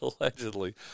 allegedly